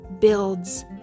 builds